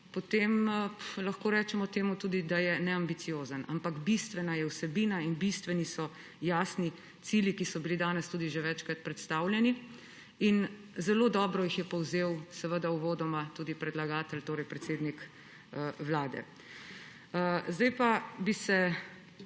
potem lahko rečemo temu tudi, da je neambiciozen, ampak bistvena je vsebina in bistveni so jasni cilji, ki so bili danes tudi že večkrat predstavljeni. Zelo dobro jih je uvodoma povzel tudi predlagatelj, torej predsednik Vlade. Zdaj bi se